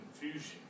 confusion